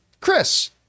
Chris